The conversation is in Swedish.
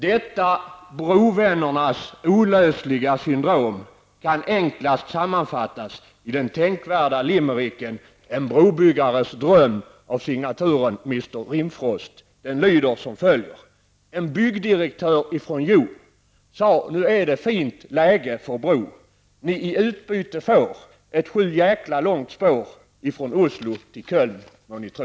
Detta brovännernas olösliga syndrom kan enklast sammanfattas i den tänkvärda limericken En brobyggares dröm av signaturen Mr Rimfrost. Den lyder som följer: sa nu är det fint läge för bro. Ni i utbyte får, ett sjudjäklalångt spår, ifrån Oslo till Köln, må ni tro!''